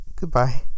goodbye